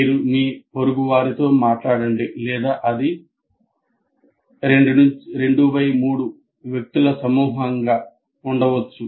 మీరు మీ పొరుగువారితో మాట్లాడండి లేదా అది 23 వ్యక్తుల సమూహంగా ఉండవచ్చు